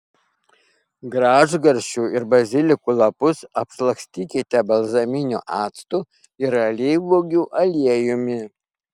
gražgarsčių ir bazilikų lapus apšlakstykite balzaminiu actu ir alyvuogių aliejumi